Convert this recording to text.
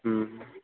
ওম